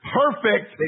perfect